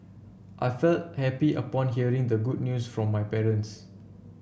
I felt happy upon hearing the good news from my parents